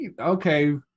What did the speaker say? okay